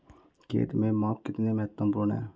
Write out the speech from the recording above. खेत में माप कितना महत्वपूर्ण है?